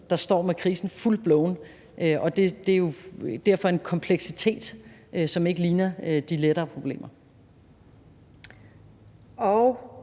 der står med krisen full blown, og derfor har det jo en kompleksitet, som ikke ligner de lettere problemer.